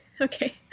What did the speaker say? Okay